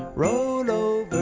roll